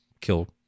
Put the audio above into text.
kill